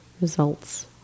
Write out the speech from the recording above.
results